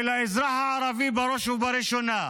של האזרח הערבי, בראש ובראשונה,